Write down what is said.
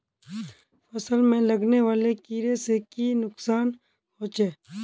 फसल में लगने वाले कीड़े से की नुकसान होचे?